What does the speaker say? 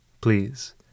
Please